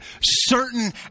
certain